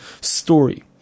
story